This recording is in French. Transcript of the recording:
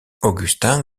agustín